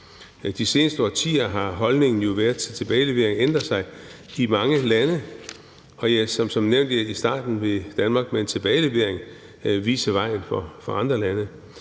De seneste årtier har holdningen til tilbageleveringer jo ændret sig i mange lande, og som nævnt i starten vil Danmark med en tilbagelevering vise vejen for andre lande.